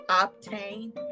obtain